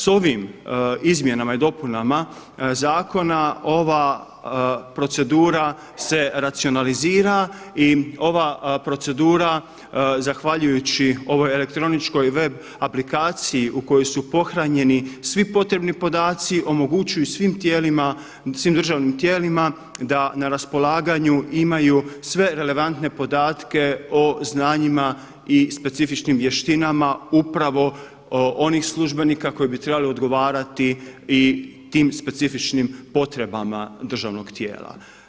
S ovim izmjenama i dopunama zakona ova procedura se racionalizira i ova procedura zahvaljujući ovoj elektroničkoj web aplikaciji u koju su pohranjeni svi potrebni podaci omogućuju svim tijelima, svim državnim tijelima da na raspolaganju imaju sve relevantne podatke o znanjima i specifičnim vještinama upravo onih službenika koji bi trebali odgovarati i tim specifičnim potrebama državnoga tijela.